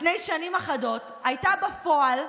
לפני שנים אחדות, הייתה בפועל,